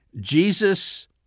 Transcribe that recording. Jesus